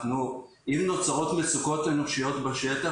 אם נוצרות מצוקות אנושיות בשטח,